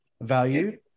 value